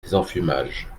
désenfumage